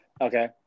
Okay